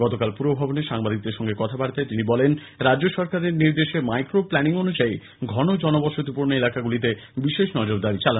গতকাল পুরভবনে সাংবাদিকদের সঙ্গে কথাবার্তায় তিনি বলেন রাজ্য সরকারের নির্দেশে মাইক্রো প্ল্যানিং অনুযায়ী ঘন জনবসতিপূর্ণ এলাকাগুলিতে বিশেষ নজরদারি জানানো হচ্ছে